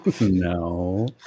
No